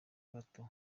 gato